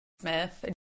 smith